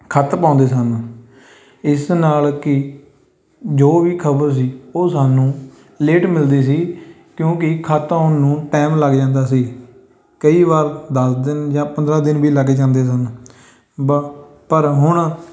ਖੱਤ ਪਾਉਂਦੇ ਸਨ ਇਸ ਨਾਲ ਕੀ ਜੋ ਵੀ ਖ਼ਬਰ ਸੀ ਉਹ ਸਾਨੂੰ ਲੇਟ ਮਿਲਦੀ ਸੀ ਕਿਉਂਕਿ ਖੱਤ ਆਉਣ ਨੂੰ ਟਾਈਮ ਲੱਗ ਜਾਂਦਾ ਸੀ ਕਈ ਵਾਰ ਦਸ ਦਿਨ ਜਾਂ ਪੰਦਰ੍ਹਾਂ ਦਿਨ ਵੀ ਲੱਗ ਜਾਂਦੇ ਸਨ ਬ ਸਾਨੂੰ ਪਰ ਹੁਣ